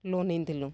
loan ଆଣିଥିଲୁ